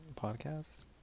podcast